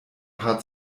paar